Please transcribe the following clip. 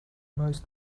most